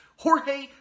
Jorge